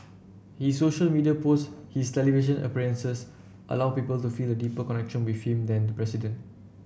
his social media posts his television appearances allow people to feel a deeper connection with him than the president